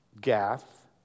Gath